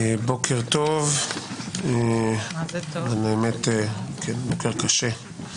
בוקר טוב, האמת זה בוקר קשה.